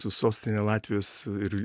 su sostine latvijos ir